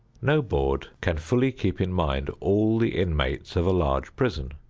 no board can fully keep in mind all the inmates of a large prison.